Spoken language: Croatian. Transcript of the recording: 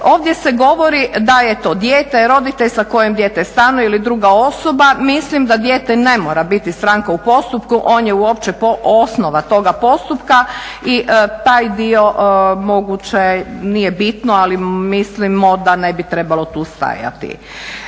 ovdje se to govori da je to dijete, roditelj sa kojim dijete stanuje ili druga osoba. Mislim da dijete ne mora biti stranka u postupku, on je uopće osnova toga postupka i taj dio moguće, nije bitno ali mislimo da ne bi trebalo tu stajati.